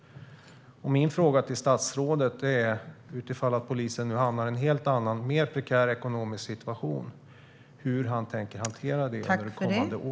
Min fråga är: Om polisen nu hamnar i en helt annan och mer prekär ekonomisk situation, hur tänker statsrådet hantera det under det kommande året?